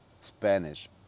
Spanish